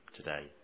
today